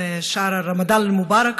(אומרת בערבית: לרגל חודש רמדאן המבורך: